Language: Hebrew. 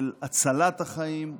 של הצלת החיים,